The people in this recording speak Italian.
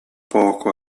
poco